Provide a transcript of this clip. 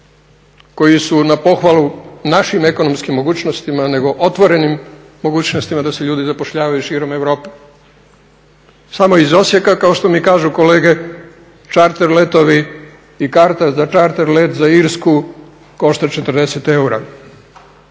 koji su na pohvalu našim ekonomskim mogućnostima nego otvorenim mogućnostima da se ljudi zapošljavaju širom Europe. Samo iz Osijeka kao što mi kažu kolege čarter letovi i karta za čarter let za Irsku košta 40 eura,